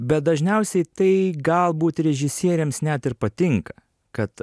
bet dažniausiai tai galbūt režisieriams net ir patinka kad